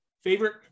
favorite